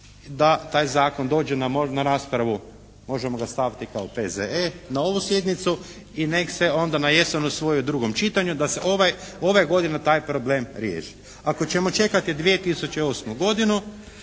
da taj zakon dođe na raspravu. Možemo ga staviti kao P.Z.E. na ovu sjednicu. I nek se onda na jesen usvoji u drugom čitanju da se ove godine taj problem riješi. Ako ćemo čekati 2008. godinu